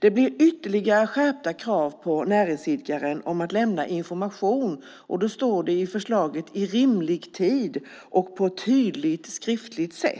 Det blir ytterligare skärpta krav på näringsidkaren om att lämna information i rimlig tid och på ett tydligt skriftligt sätt,